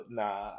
nah